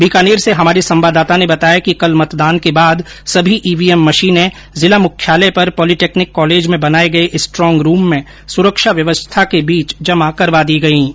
बीकानेर से हमारे संवाददाता ने बताया कि कल मतदान के बाद सभी ईवीएम मशीनें जिला मुख्यालय पर पॉलोटेक्निक कॉलज में बनाये गये स्ट्रॉग रूम में सुरक्षा व्यवस्था के बीच जमा करवा दी गई है